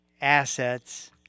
Assets